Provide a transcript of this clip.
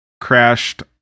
crashed